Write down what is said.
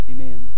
Amen